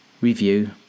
review